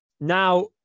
now